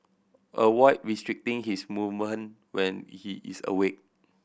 avoid restricting his movement when he is awake